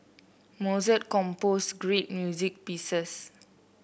Mozart composed great music pieces